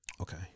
Okay